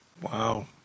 Wow